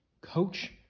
coach